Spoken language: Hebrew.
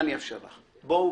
נגזים.